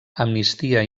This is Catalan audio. amnistia